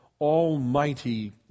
almighty